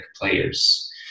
players